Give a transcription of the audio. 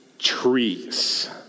trees